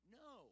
no